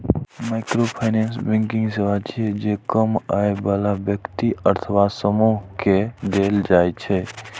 microfinance banking सेवा छियै, जे कम आय बला व्यक्ति अथवा समूह कें देल जाइ छै